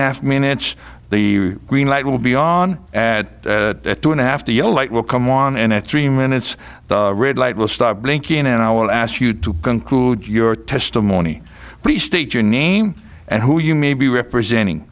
half minutes the green light will be on at two and a half the yellow light will come on and at three minutes the red light will stop blinking and i will ask you to conclude your testimony please state your name and who you may be representing